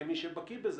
כמי שבקיא בזה,